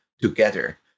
together